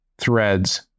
threads